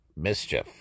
mischief